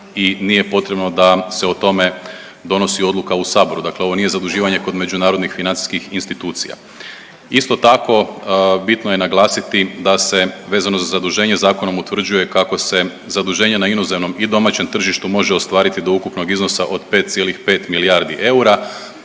i nije potrebno da se o tome donosi odluka u Saboru, dakle ovo nije zaduživanje kod međunarodnih financijskih institucija. Isto tako bitno je naglasiti da se vezano za zaduženje zakonom utvrđuje kako se zaduženje na inozemnom i domaćem tržištu može ostvariti do ukupnog iznosa od 5,5 milijardi eura,